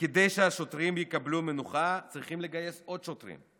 כדי שהשוטרים יקבלו מנוחה צריכים לגייס עוד שוטרים,